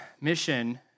Mission